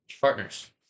partners